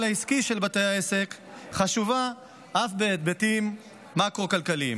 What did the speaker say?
העסקי של בתי העסק חשובה אף בהיבטים מקרו-כלכליים.